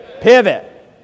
pivot